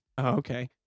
Okay